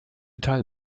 teil